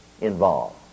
involved